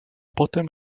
potem